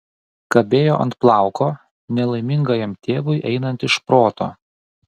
kabėjo ant plauko nelaimingajam tėvui einant iš proto